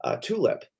tulip